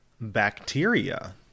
bacteria